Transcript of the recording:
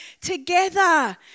together